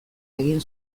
egin